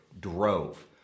drove